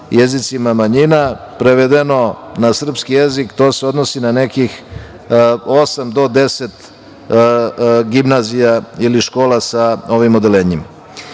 jezicima manjina. Prevedeno na srpski jezik, to se odnosi na nekih osam do deset gimnazija ili škola sa ovim odeljenjima. Poslednje